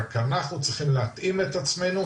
רק אנחנו צריכים להתאים את עצמנו,